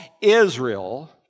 Israel